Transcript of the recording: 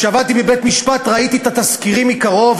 כשעבדתי בבית-משפט ראיתי את התסקירים מקרוב.